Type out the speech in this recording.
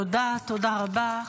תודה רבה.